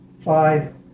five